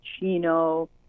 chino